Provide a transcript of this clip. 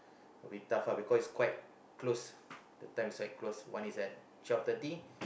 will be tough lah because it's quite close the time is quite close one is at twelve thirty